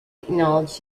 acknowledged